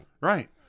Right